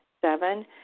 Seven